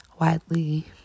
widely